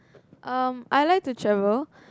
um I like to travel